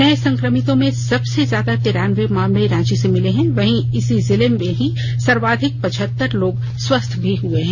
नए संक्रमितों में सबसे ज्यादा तिरान्बे मामले रांची से मिले हैं वहीं इसी जिले से ही सर्वाधिक पचहत्तर लोग स्वस्थ भी हुए हैं